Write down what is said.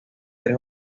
tres